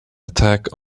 attack